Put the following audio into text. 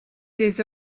des